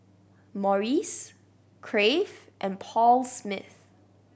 Morries Crave and Paul Smith